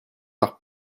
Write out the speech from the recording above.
par